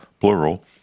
plural—